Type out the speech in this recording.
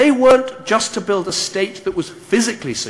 וקיבל אות אבירות מהמלכה,